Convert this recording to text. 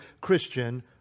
Christian